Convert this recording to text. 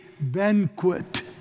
banquet